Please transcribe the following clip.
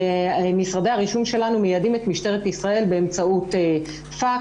ומשרדי הרישום שלנו מיידעים את משטרת ישראל באמצעות פקס,